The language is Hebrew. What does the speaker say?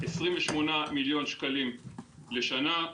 28 מיליון שקלים לשנה.